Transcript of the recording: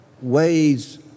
ways